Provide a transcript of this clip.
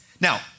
Now